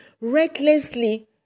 recklessly